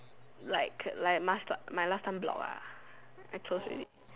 like like my last time blog I close already